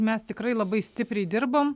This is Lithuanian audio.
mes tikrai labai stipriai dirbam